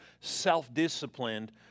self-disciplined